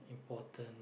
important